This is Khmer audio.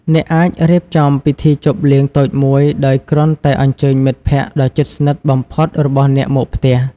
អ្នកអាចរៀបចំពិធីជប់លៀងតូចមួយដោយគ្រាន់តែអញ្ជើញមិត្តភក្តិដ៏ជិតស្និទ្ធបំផុតរបស់អ្នកមកផ្ទះ។